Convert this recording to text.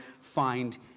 find